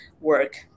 work